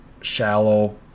shallow